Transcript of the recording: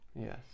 yes